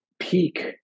peak